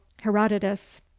Herodotus